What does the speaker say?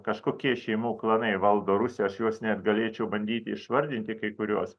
kažkokie šeimų klanai valdo rusijos juos ne galėčiau bandyti išvardinti kai kurios